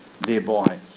thereby